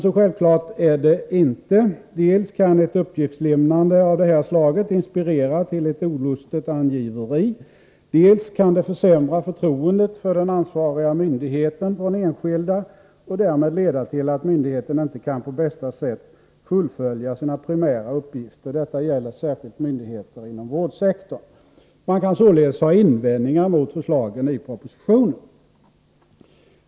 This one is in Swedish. Så självklart är det dock inte. Dels kan ett uppgiftslämnande av det här slaget inspirera till ett olustigt angiveri, dels kan det försämra förtroendet för den ansvariga myndigheten från enskilda och därmed leda till att myndigheten inte på bästa sätt kan fullfölja sina primära uppgifter. Detta gäller särskilt myndigheter inom vårdsektorn. Man kan således ha invändningar mot förslagen i propositionen.